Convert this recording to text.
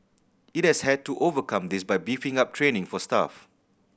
it has had to overcome this by beefing up training for staff